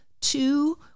two